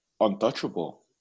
untouchable